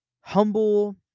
humble